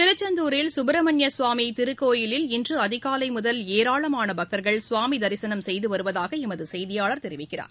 திருச்செந்தூரில் சுப்பிரமணிய சுவாமி திருக்கோவிலில் இன்று அதிகாலை முதல் ஏராளமான பக்தர்கள் சுவாமி தரிசனம் செய்துவருவதாக எமது செய்தியாளர் தெரிவிக்கிறார்